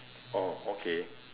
oh okay